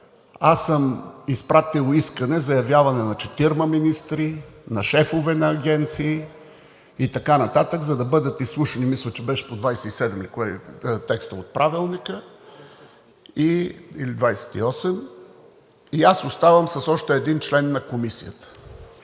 аз съм изпратил искане за явяване на четирима министри, на шефове на агенции и така нататък, за да бъдат изслушани – мисля, че текстът от Правилника беше по чл. 27 или чл. 28, и аз оставам с още един член на Комисията.